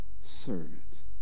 servant